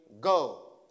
go